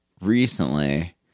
recently